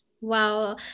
Wow